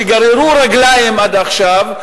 שגררו רגליים עד עכשיו,